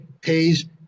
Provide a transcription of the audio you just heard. pays